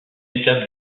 étape